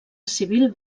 civil